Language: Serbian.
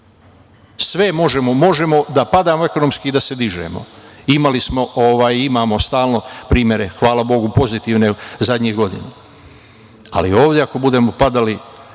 Sve možemo. Možemo da padamo ekonomski i da se dižemo. Imamo stalno primere, hvala Bogu, pozitivne zadnjih godina, ali ovde ako budemo padali,